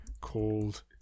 called